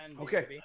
Okay